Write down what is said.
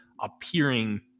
appearing